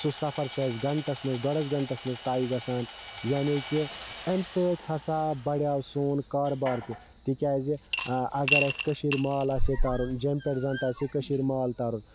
سُہ سَفَر چھُ اَسہِ گنٹَس مَنٛز ڈۄڈَس گنٹَس مَنٛز طے گَژھان یعنے کہِ امہِ سۭتۍ ہَسا بَڑیو سون کاربار تہِ تکیازِ اگر اَسہِ کٔشیٖرِ مال آسہِ ہہَ تارُن جوٚمہِ پیٹھ زَن تہٕ آسہِ ہہَ کٔشیٖرِ مال تارُن